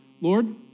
Lord